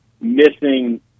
missing